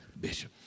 Bishop